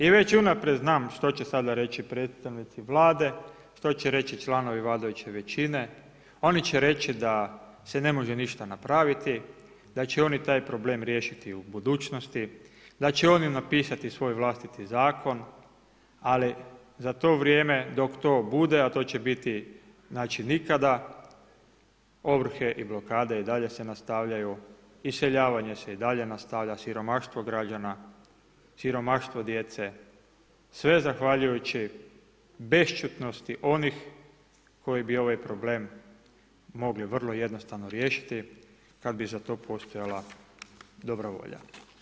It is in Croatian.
I već unaprijed znam što će sada reći predstavnici Vlade, što će reći članovi vladajuće većine, oni će reći da se ne može ništa napraviti, da će oni taj problem riješiti u budućnosti, da će oni napisati svoj vlastiti zakon, ali za to vrijeme dok to bude, a to će biti znači nikada, ovrhe i blokade i dalje se nastavljaju, iseljavanje se i dalje nastavlja, siromaštvo građana, siromaštvo djece, sve zahvaljujući bešćutnosti onih koji bi ovaj problem mogli vrlo jednostavno riješiti kad bi za to postojala dobra volja.